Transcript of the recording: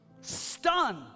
stunned